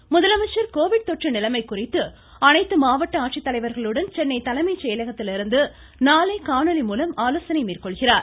Palaniswami COVID தொற்று நிலைமை குறித்து அனைத்து மாவட்ட ஆட்சித்தலைவர்களுடன் சென்னை தலைமை செயலகத்திலிருந்து நாளை காணொலி மூலம் ஆலோசனை மேற்கொள்கிறார்